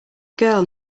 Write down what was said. girl